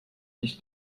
nicht